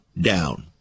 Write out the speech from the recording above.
down